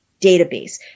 database